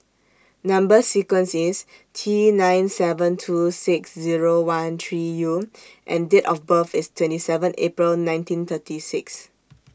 Number sequence IS T nine seven two six Zero one three U and Date of birth IS twenty seven April nineteen thirty six